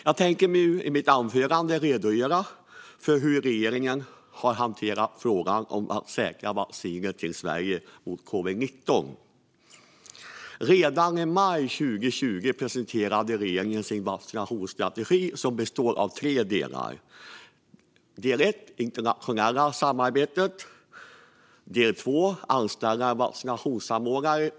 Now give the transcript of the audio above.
Jag tänker nu i mitt anförande redogöra för hur regeringen har hanterat frågan om att säkra vacciner till Sverige mot covid-19. Redan i maj 2020 presenterade regeringen sin vaccinationsstrategi, som bestod av tre delar. Del ett handlade om det internationella samarbetet. Del två handlade om att anställa en vaccinsamordnare.